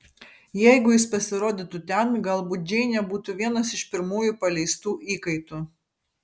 jeigu jis pasirodytų ten galbūt džeinė būtų vienas iš pirmųjų paleistų įkaitų